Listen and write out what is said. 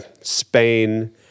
Spain